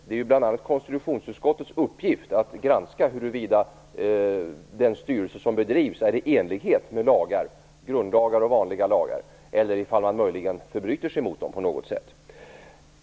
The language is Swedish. Det är bl.a. konstitutionsutskottets uppgift att granska huruvida den styrelse som bedrivs är i enlighet med grundlagar och vanliga lagar eller om man möjligen förbryter sig mot dem på något sätt.